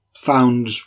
found